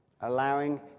allowing